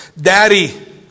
Daddy